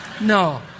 No